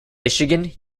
michigan